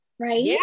Right